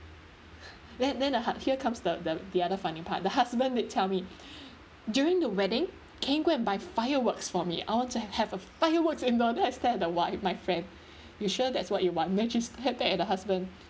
then then (uh huh) here comes the the the other funny part the husband did tell me during the wedding can you go and buy fireworks for me I want to ha~ have a fireworks indoor then I stare at the wife my friend you sure that's what you want then she stare back at the husband